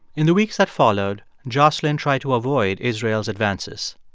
in the weeks that followed, jocelyn tried to avoid israel's advances.